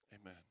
Amen